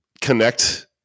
connect